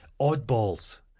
oddballs